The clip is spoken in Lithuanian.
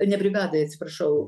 ne brigadai atsiprašau